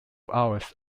hours